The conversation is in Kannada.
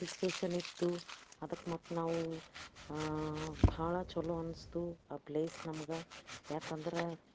ಹಿಲ್ಸ್ ಸ್ಟೇಷನ್ ಇತ್ತು ಅದಕ್ಕೆ ಮತ್ತು ನಾವು ಭಾಳ ಚಲೋ ಅನ್ನಿಸ್ತು ಆ ಪ್ಲೇಸ್ ನಮ್ಗೆ ಯಾಕಂದ್ರೆ